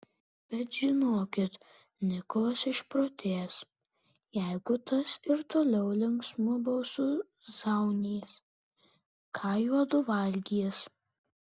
bet žinokit nikolas išprotės jeigu tas ir toliau linksmu balsu zaunys ką juodu valgys